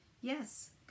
Yes